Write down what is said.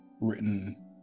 written